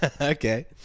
Okay